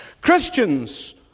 Christians